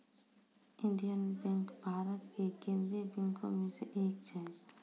Indian Bank Bharat के केन्द्रीय बैंको मे से एक छै